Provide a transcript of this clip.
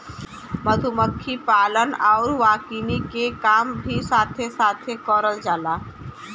मधुमक्खी पालन आउर वानिकी के काम भी साथे साथे करल जाला